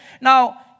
now